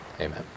Amen